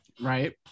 Right